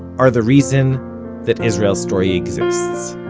are the reason that israel story exists.